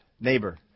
neighbor